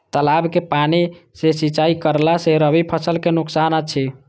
तालाब के पानी सँ सिंचाई करला स रबि फसल के नुकसान अछि?